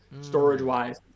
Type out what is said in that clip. storage-wise